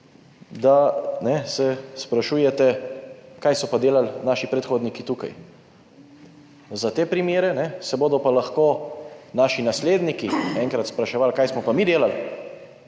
ne, se sprašujete, kaj so pa delali naši predhodniki tukaj. Za te primere, ne, se bodo pa lahko naši nasledniki enkrat spraševali, kaj smo pa mi delali.